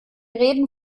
reden